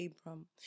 Abram